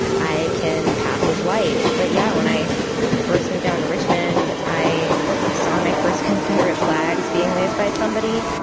i can pass as white. but yeah, when i first moved down to richmond, i saw my first confederate flags being waved by somebody.